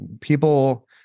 people